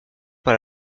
par